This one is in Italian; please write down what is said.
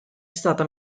stata